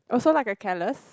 or so like a callus